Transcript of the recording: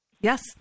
Yes